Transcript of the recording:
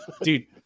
Dude